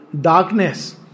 darkness